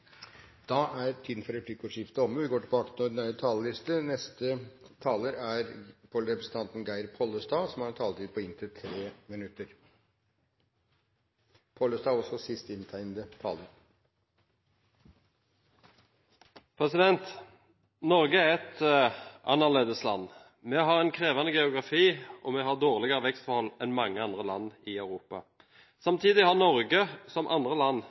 er omme. Norge er et annerledesland. Vi har en krevende geografi, og vi har dårligere vekstforhold enn mange andre land i Europa. Samtidig har Norge, som andre land, både en